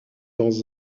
dans